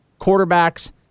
quarterbacks